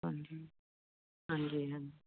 ਹਾਂਜੀ ਹਾਂਜੀ ਹਾ